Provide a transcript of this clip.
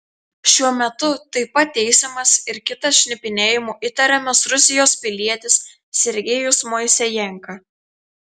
šiuo metu taip pat teisiamas ir kitas šnipinėjimu įtariamas rusijos pilietis sergejus moisejenka